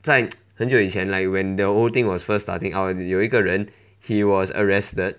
在很久以前 like when the whole thing was first starting out 有一个人 he was arrested